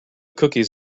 cookies